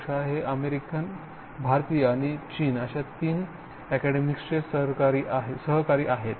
शाह हे अमेरिकन भारतीय आणि चीन अश्या तीन आक्यडमिक्सचे सहकारी आहेत